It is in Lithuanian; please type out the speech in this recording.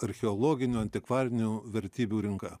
archeologinių antikvarinių vertybių rinka